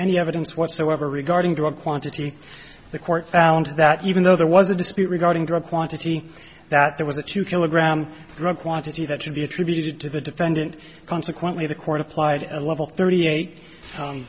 any evidence whatsoever regarding drug quantity the court found that even though there was a dispute regarding drug quantity that there was a two kilogram drug quantity that should be attributed to the defendant consequently the court applied at level thirty eight